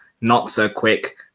not-so-quick